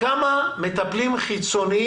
מופנים למטפל פה,